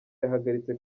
yahagaritse